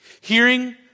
Hearing